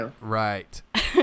Right